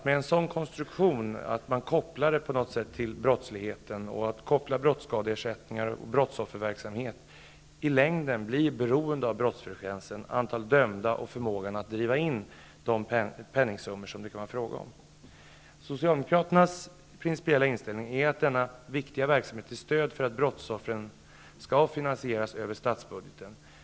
Med en sådan konstruktion blir risken i längden stor att brottskadeersättningar och brottsofferverksamheten blir beroende av brottsfrekvensen, antalet dömda och förmågan att driva in de penningsummor som det är fråga om. Socialdemokraternas principiella inställning är att denna viktiga verksamhet till stöd för brottsoffren skall finansieras över statsbudgeten.